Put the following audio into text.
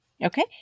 Okay